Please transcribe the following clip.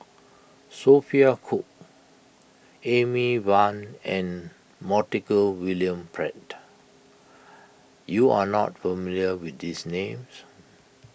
Sophia Cooke Amy Van and Montague William Pett you are not familiar with these names